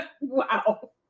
wow